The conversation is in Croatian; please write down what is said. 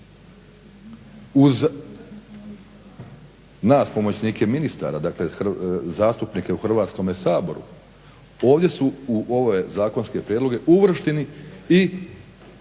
Uz nas pomoćnike ministara, dakle zastupnike u Hrvatskom saboru ovdje su u ove zakonske prijedloge uvršteni i